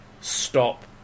stop